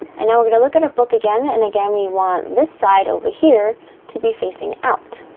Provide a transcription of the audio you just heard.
and now we're going to look at our book again, and again, we want this side over here to be facing out,